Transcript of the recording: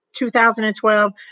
2012